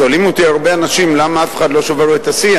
שואלים אותי הרבה אנשים למה אף אחד לא שובר את השיא,